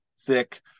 thick